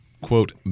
quote